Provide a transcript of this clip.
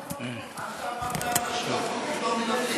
מה עשה המפד"ל בשותפות טומי לפיד?